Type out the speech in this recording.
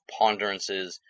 ponderances